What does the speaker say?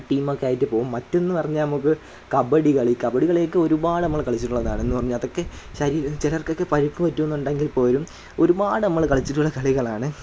ടീമൊക്കെ ആയിട്ട് പോകും മറ്റതെന്നു പറഞ്ഞാൽ നമുക്ക് കബഡി കളി കബഡി കളിക്ക് ഒരുപാട് നമ്മൾ കളിച്ചിട്ടുള്ളതാണ് എന്നുപറഞ്ഞാൽ അതൊക്കെ ശരീ ചിലർക്കൊക്കെ പരിക്കു പറ്റുന്നുണ്ടെങ്കിൽപ്പോലും ഒരുപാട് നമ്മൾ കളിച്ചിട്ടുള്ള കളികളാണ്